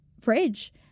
fridge